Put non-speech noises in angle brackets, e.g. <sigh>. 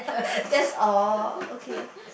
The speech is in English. <laughs> that's all okay